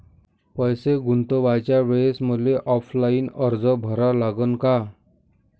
पैसे गुंतवाच्या वेळेसं मले ऑफलाईन अर्ज भरा लागन का?